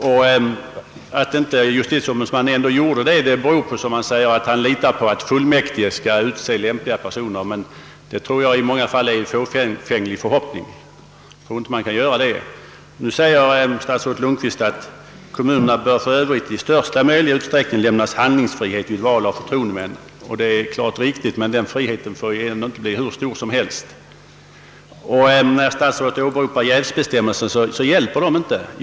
Att han inte gjorde det berodde på, som han skriver i berättelsen, att han ändå litar på att fullmäktige skall utse lämpliga personer. Detta tror jag dock i många fall är en fåfäng förhoppning. Man kan inte lita på det. Nu säger statsrådet Lundkvist att kommunerna i största möjliga utsträckning bör lämnas handlingsfrihet vid val av förtroendemän, och det är givetvis riktigt. Men den friheten får inte vara hur stor som helst. Statsrådet åberopar också jävsbestämmelser, men de hjälper inte alltid.